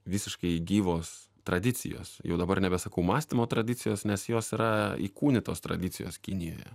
visiškai gyvos tradicijos jau dabar nebesakau mąstymo tradicijos nes jos yra įkūnytos tradicijos kinijoje